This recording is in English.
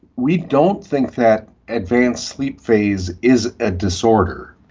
we don't think that advanced sleep phase is a disorder.